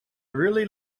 really